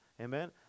Amen